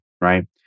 right